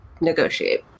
negotiate